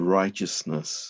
righteousness